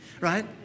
right